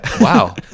Wow